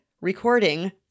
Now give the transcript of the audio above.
recording